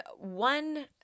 one